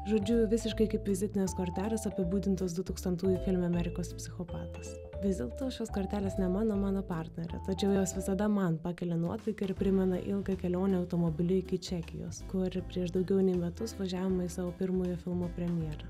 žodžiu visiškai kaip vizitinės kortelės apibūdintos du tūkstantųjų filme amerikos psichopatas vis dėlto šios kortelės ne mano mano partnerio tačiau jos visada man pakelia nuotaiką ir primena ilgą kelionę automobiliu iki čekijos kur prieš daugiau nei metus važiavome į savo pirmojo filmo premjerą